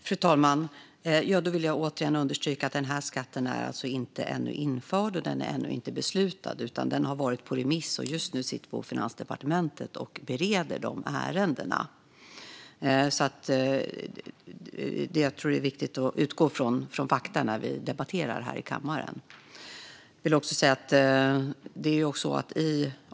Fru talman! Jag vill återigen understryka att denna skatt alltså ännu inte är införd eller beslutad. Den har varit på remiss, och vi sitter just nu på Finansdepartementet och bereder dessa ärenden. Jag tror att det är viktigt att utgå från fakta när vi debatterar här i kammaren.